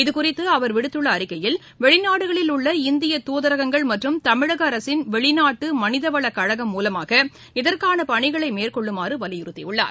இதுகுறித்து அவர் விடுத்துள்ள அறிக்கையில் வெளிநாடுகளில் உள்ள இந்திய தூதரகங்கள் மற்றும் தமிழக அரசின் வெளிநாட்டு மனிதவள கழகம் மூலமாக இதற்கான பனிகளை மேற்கொள்ளுமாறு வலியுறுத்தியுள்ளார்